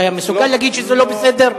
אתה מסוגל להגיד שזה לא בסדר?